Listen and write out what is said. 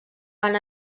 van